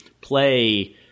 play